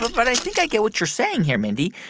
but i think i get what you're saying here, mindy.